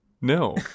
No